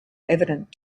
evident